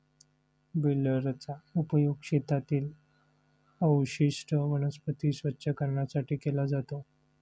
बेलरचा उपयोग शेतातील अवशिष्ट वनस्पती स्वच्छ करण्यासाठी केला जातो